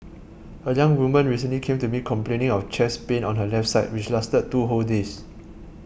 a young woman recently came to me complaining of chest pain on her left side which lasted two whole days